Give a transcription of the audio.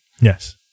Yes